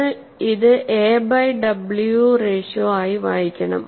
നിങ്ങൾ ഇത് a by w ratio ആയി വായിക്കണം